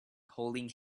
holding